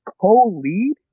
co-lead